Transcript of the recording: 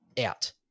out